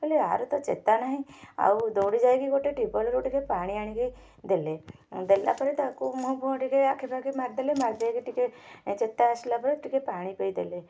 କହିଲେ ଆର ତ ଚେତା ନାହିଁ ଆଉ ଦୌଡ଼ି ଯାଇକି ଗୋଟେ ଟ୍ୟୁୱେଲ୍ରୁ ଟିକେ ପାଣି ଆଣିକି ଦେଲେ ଦେଲା ପରେ ତାକୁ ମୁହଁ ଫୁହଁ ଆଖି ପାଖି ମାରିଦେଲେ ମାରି ଦେଇକି ଟିକେ ଚେତା ଆସିଲା ପରେ ଟିକେ ପାଣି ପିଆଇ ଦେଲେ